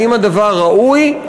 האם הדבר ראוי,